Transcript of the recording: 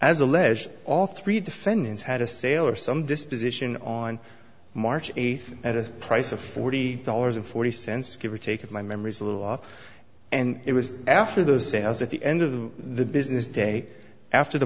alleged all three defendants had a sale or some disposition on march eighth at a price of forty dollars and forty cents give or take of my memory's a little off and it was after those sales at the end of the business day after the